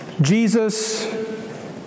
Jesus